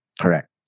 Correct